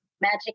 magic